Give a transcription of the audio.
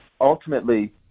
Ultimately